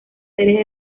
series